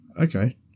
okay